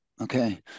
Okay